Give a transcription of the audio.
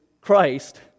Christ